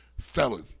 felon